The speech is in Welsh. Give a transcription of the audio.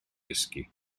gysgu